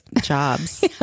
jobs